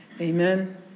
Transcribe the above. Amen